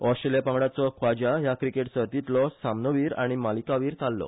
ऑस्ट्रेलिया पंगडाचो ख्वाजा ह्या क्रिकेट सर्तीतलो सामनोविर आनी मालिकाविर थारलो